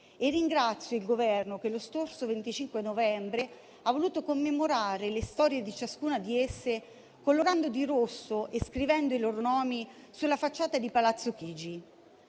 Ringrazio il Governo che lo scorso 25 novembre ha voluto commemorare le storie di ciascuna di esse colorando di rosso e scrivendo i nomi sulla facciata di Palazzo Chigi.